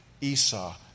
Esau